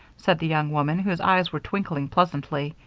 said the young woman, whose eyes were twinkling pleasantly.